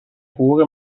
حقوق